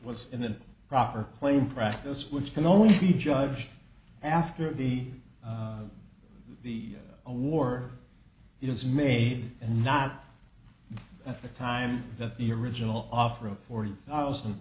was in the proper plain practice which can only be judged after the the a war is made and not at the time that the original offer of forty thousand